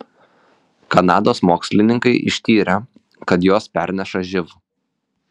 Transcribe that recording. kanados mokslininkai ištyrė kad jos perneša živ